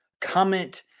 Comment